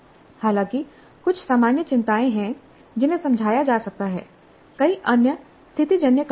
हालांकि कुछ सामान्य चिंताएं हैं जिन्हें समझाया जा सकता है कई अन्य स्थितिजन्य कारक हैं